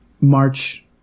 March